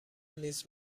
نیز